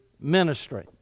ministry